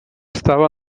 estava